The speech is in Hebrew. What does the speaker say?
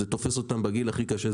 זה תופס אותם בגיל הכי קשה,